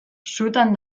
sutan